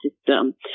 system